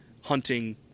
hunting